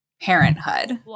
parenthood